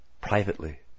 privately